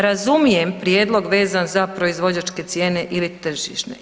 Razumijem prijedlog vezan za proizvođačke cijene ili tržišne.